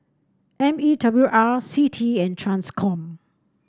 M E W R C T E and Transcom